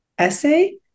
essay